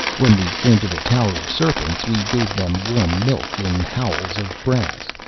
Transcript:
when we came to the tower of serpents we gave them warm milk in howls of brass,